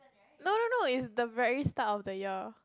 no no no it's the very start of the year